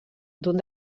d’un